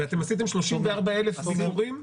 ואתם עשיתם 34,000 ביקורים?